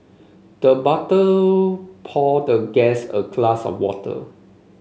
the butler poured the guest a glass of water